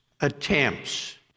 attempts